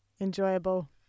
enjoyable